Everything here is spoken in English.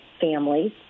families